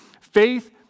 Faith